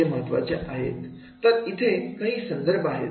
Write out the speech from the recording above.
तर इथे काही संदर्भ आहेत